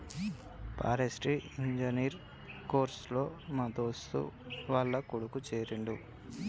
forestry engineer course లో మా దోస్తు వాళ్ల కొడుకు చేరిండు